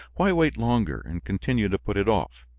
why wait longer and continue to put it off?